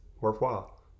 worthwhile